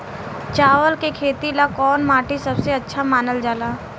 चावल के खेती ला कौन माटी सबसे अच्छा मानल जला?